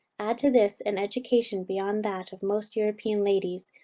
add to this, an education beyond that of most european ladies,